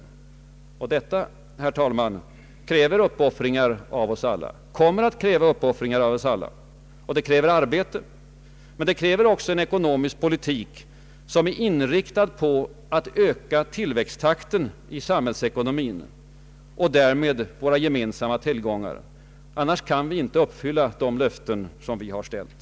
Detta, herr talman, kräver uppoffringar av oss alla. Det kräver arbete. Men det kräver också en ekonomisk politik inriktad på att öka tillväxttakten i samhällsekonomin och därmed våra gemensamma tillgångar. Annars kan vi inte uppfylla de löften som vi har givit.